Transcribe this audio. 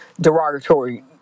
derogatory